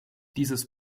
dieses